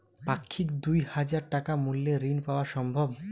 পাক্ষিক দুই হাজার টাকা মূল্যের ঋণ পাওয়া সম্ভব?